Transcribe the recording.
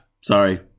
Sorry